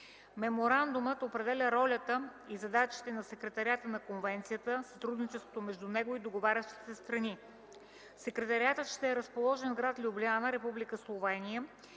Меморандумът определя ролята и задачите на Секретариата на конвенцията в сътрудничеството между него и договарящите се страни. Секретариатът ще е разположен в гр. Любляна, Република